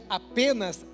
apenas